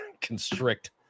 constrict